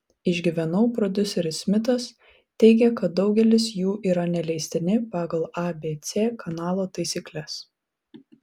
išgyvenau prodiuseris smitas teigia kad daugelis jų yra neleistini pagal abc kanalo taisykles